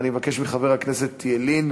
אני אבקש מחבר הכנסת ילין